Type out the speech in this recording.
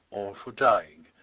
or for dyeing,